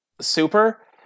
super